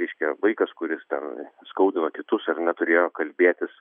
reiškia vaikas kuris ten skaudina kitus ar neturėjo kalbėtis